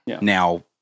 Now